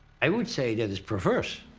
i would say that is perverse.